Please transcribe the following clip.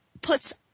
puts